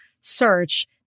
search